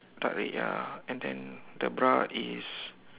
dark red ya and then the bra is